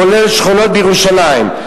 כולל שכונות בירושלים.